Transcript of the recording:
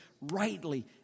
rightly